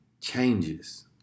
changes